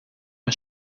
een